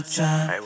time